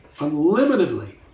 unlimitedly